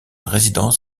résidence